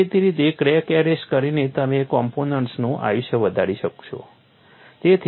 દેખીતી રીતે crack arrest કરીને તમે કોમ્પોનન્ટનું આયુષ્ય વધારી શકશો